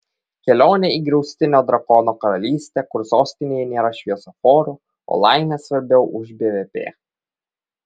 kelionė į griaustinio drakono karalystę kur sostinėje nėra šviesoforų o laimė svarbiau už bvp